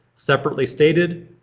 separately states,